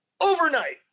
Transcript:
overnight